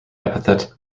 epithet